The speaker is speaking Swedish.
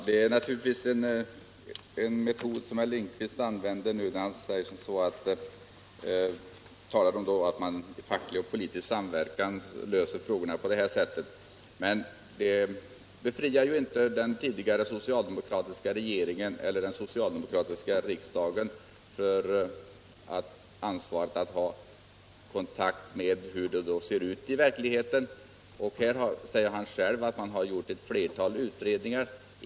Herr talman! Herr Lindkvist kan naturligtvis använda den metoden att han talar om att man löser frågorna genom facklig och politisk samverkan. Men det befriar inte den tidigare socialdemokratiska regeringen eller den socialdemokratiska riksdagsgruppen från ansvaret att ha hållit sig underrättade om hur det ser ut i verkligheten. Han säger själv att man har gjort ett flertal utredningar.